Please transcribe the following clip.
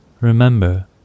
remember